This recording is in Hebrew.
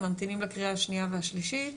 הם ממתינים לקריאה השנייה והשלישית.